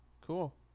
Cool